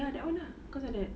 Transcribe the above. ya that one ah cause of that